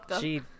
she-